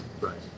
Right